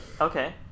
Okay